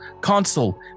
console